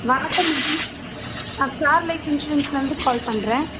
வணக்கம் மேடம் நான் star life இன்சூரன்ஸ்லேருந்து கால் பண்ணுறேன்